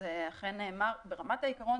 אכן נאמר, ברמת העיקרון